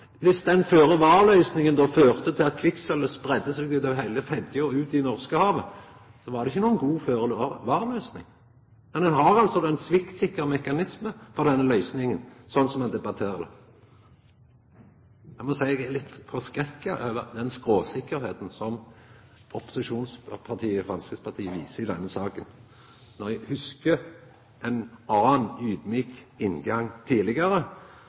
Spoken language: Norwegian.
den føre-var-løysinga førte til at kvikksølvet spreidde seg ut over heile Fedje og ut i Norskehavet, var det ikkje noka god føre-var-løysing. Men ein har altså ein sviktsikker mekanisme med denne løysinga, sånn som ein debatterer det. Eg må seia eg er litt forskrekka over den skråsikkerheita som opposisjonspartiet Framstegspartiet viser i denne saka, når eg hugsar ein annan, audmjuk inngang tidlegare.